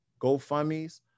GoFundmes